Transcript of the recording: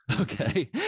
Okay